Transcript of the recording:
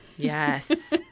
Yes